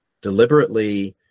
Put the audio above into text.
deliberately